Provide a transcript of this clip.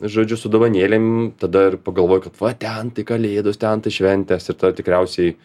žodžiu su dovanėlėm tada ir pagalvoji kad va ten tai kalėdos ten tai šventės ir tada tikriausiai